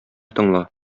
тыңла